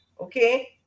okay